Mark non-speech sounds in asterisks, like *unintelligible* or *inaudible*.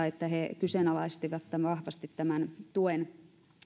*unintelligible* että he kyseenalaistivat vahvasti tämän tuen